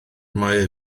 mai